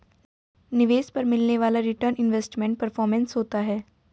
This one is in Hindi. निवेश पर मिलने वाला रीटर्न इन्वेस्टमेंट परफॉरमेंस होता है